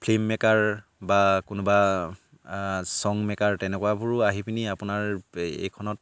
filmmaker বা কোনোবা song maker তেনেকুৱাবোৰো আহি পিনি আপোনাৰ এইখনত